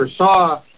saw